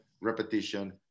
repetition